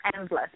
endless